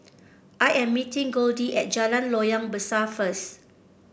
I am meeting Goldie at Jalan Loyang Besar first